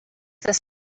this